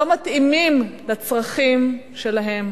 לא מתאימים לצרכים שלהם.